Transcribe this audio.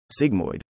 Sigmoid